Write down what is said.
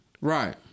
Right